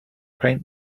paint